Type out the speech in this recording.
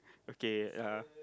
okay uh